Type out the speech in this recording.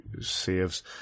saves